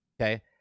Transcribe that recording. Okay